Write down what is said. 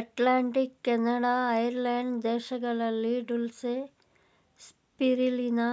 Atlantic, Canada, Ireland ದೇಶಗಳಲ್ಲಿ dulse, spirulina